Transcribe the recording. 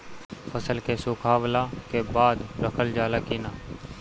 फसल के सुखावला के बाद रखल जाला कि न?